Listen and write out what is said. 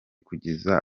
kugeza